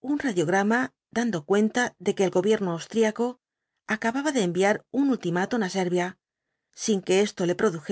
un radiograma dando cuenta de que el gobierno austríaco acababa de enviar un ultimátum á servia sin que esto le produjese